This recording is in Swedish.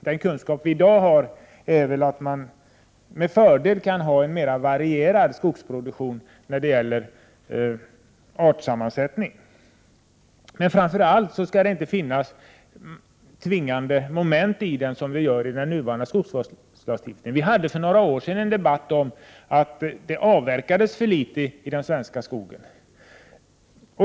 Den kunskap vi i dag har är att man med fördel kan ha en mer varierad skogsproduktion när det gäller artsammansättning. Framför allt skall det inte finnas tvingande moment, som det gör i den nuvarande skogsvårdslagstiftningen. Vi hade för några år sedan en debatt om att det avverkades för litet i den svenska skogen.